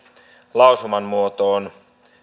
lausuman muotoon